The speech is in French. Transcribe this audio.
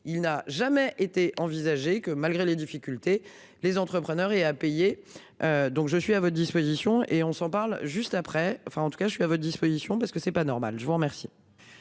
Il n'a jamais été envisagé que malgré les difficultés, les entrepreneurs et à payer. Donc je suis à votre disposition et on s'en parle juste après. Enfin en tout cas je suis à votre disposition, parce que c'est pas normal je vous remercie.